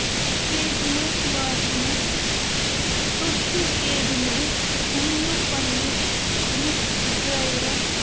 کیبہِ منٛز واتنَس تُہۍ چھُو کیبہِ منٛز ؤنِو پَنٕنِس أمِس ڈرٛایوَرَس